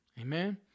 Amen